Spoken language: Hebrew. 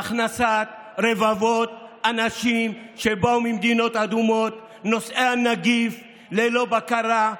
בהכנסת רבבות אנשים שבאו ממדינות אדומות נושאי נגיף ללא בקרה,